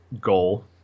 goal